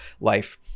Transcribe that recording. life